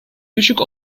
düşük